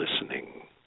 listening